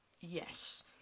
Yes